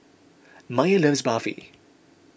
Maiya loves Barfi